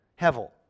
Hevel